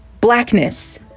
blackness